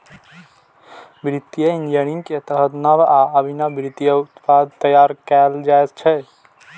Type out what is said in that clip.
वित्तीय इंजीनियरिंग के तहत नव आ अभिनव वित्तीय उत्पाद तैयार कैल जाइ छै